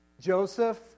Joseph